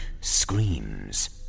screams